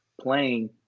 playing